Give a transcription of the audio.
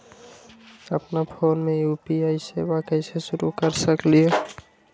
अपना फ़ोन मे यू.पी.आई सेवा कईसे शुरू कर सकीले?